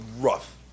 rough